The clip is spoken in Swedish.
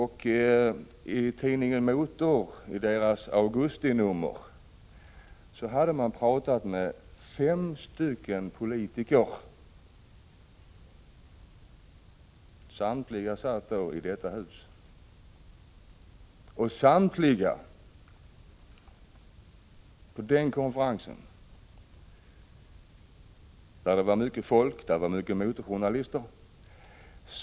I tidningen Motors augustinummer refererades samtal med fem politiker. Samtliga var riksdagsledamöter och samtliga var med på konferensen, där det var mycket folk och många motorjournalister.